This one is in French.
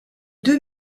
deux